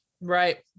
right